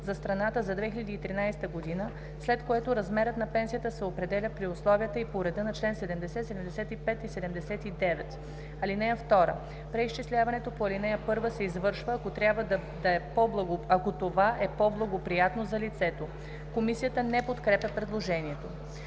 за страната за 2013 г., след което размерът на пенсията се определя при условията и по реда на чл. 70, 75 и 79. (2) Преизчисляването по ал. 1 се извършва, ако това е по-благоприятно за лицето.“ Комисията не подкрепя предложението.